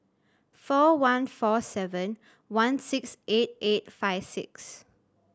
four one four seven one six eight eight five six